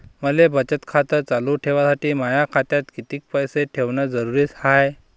मले बचत खातं चालू ठेवासाठी माया खात्यात कितीक पैसे ठेवण जरुरीच हाय?